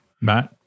matt